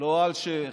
לא אלשיך,